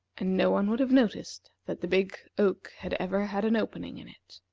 and no one would have noticed that the big oak had ever had an opening in it.